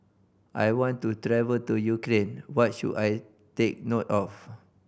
I want to travel to Ukraine what should I take note of